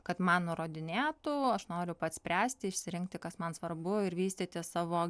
kad man nurodinėtų aš noriu pats spręsti išsirinkti kas man svarbu ir vystyti savo